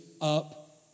up